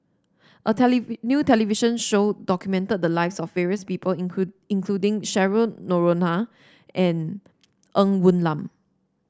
a new television show documented the lives of various people including Cheryl Noronha and Ng Woon Lam